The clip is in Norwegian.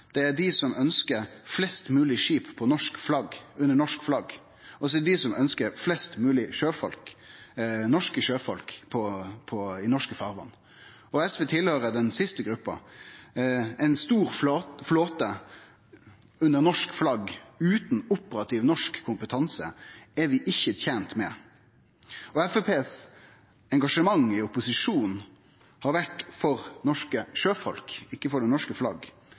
det er dei som ønskjer flest mogleg skip under norsk flagg, og det er dei som ønskjer flest mogleg norske sjøfolk i norske farvatn. SV høyrer til den siste gruppa. Ein stor flåte under norsk flagg utan operativ norsk kompetanse er vi ikkje tente med. Framstegspartiets engasjement i opposisjon har vore for norske sjøfolk, ikkje for norske flagg.